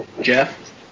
Jeff